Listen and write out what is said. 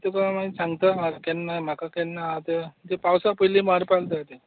तुका मागीर सांगता सारकें ना म्हाका केन्ना आसा तें पावसा पयलीं मारपाक जाय तें